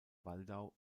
waldau